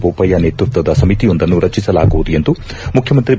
ಬೋಪಯ್ಯ ನೇತೃತ್ವದ ಸಮಿತಿಯೊಂದನ್ನು ರಚಿಸಲಾಗುವುದು ಎಂದು ಮುಖ್ಯಮಂತ್ರಿ ಬಿ